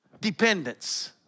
dependence